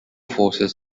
forces